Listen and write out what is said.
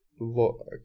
Look